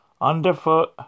underfoot